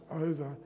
over